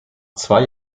zwei